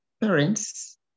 parents